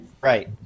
Right